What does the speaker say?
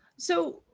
so,